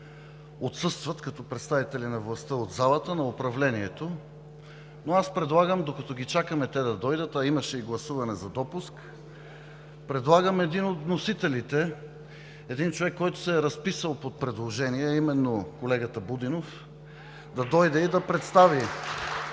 отсъстват като представители на властта от залата на управлението, но докато ги чакаме те да дойдат – имаше и гласуване за допуск, предлагам един от вносителите – един човек, който се е разписал под предложение, а именно колегата Будинов да дойде и да представи